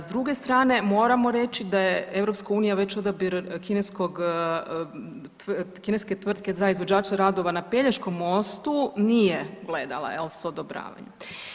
S druge strane moramo reći da je EU već odabir kineskog, kineske tvrtke za izvođače radova na Pelješkom mostu nije gledala s odobravanjem.